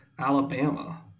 Alabama